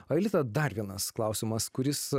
aelita dar vienas klausimas kuris